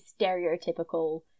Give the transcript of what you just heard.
stereotypical